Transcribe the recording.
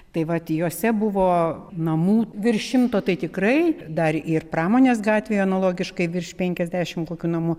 tai vat jose buvo namų virš šimto tai tikrai dar ir pramonės gatvėje analogiškai virš penkiasdešim kokių namų